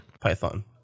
Python